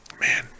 Man